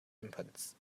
inputs